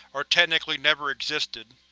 or technically-never-existed.